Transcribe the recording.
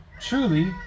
truly